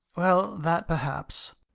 well that perhaps.